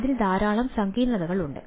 അതിൽ ധാരാളം സങ്കീർണ്ണതകളുണ്ട്